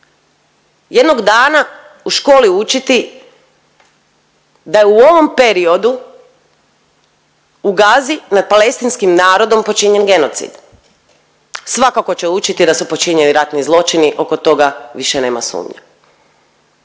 jednog dana u školi učiti da u ovom periodu u Gazi nad Palestinskim narodom počinjen genocid. Svakako će učiti da su počinjeni ratni zločini oko toga više nema sumnje.